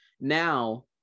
now